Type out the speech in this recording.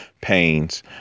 pains